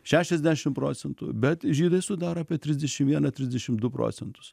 šešisdešim procentų bet žydai sudaro apie trisdešim vieną trisdešim du procentus